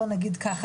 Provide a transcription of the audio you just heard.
בואו נגיד ככה,